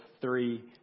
three